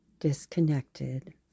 disconnected